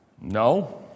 No